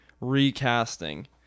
recasting